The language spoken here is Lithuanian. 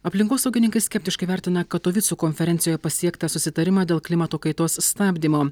aplinkosaugininkai skeptiškai vertina katovicų konferencijoje pasiektą susitarimą dėl klimato kaitos stabdymo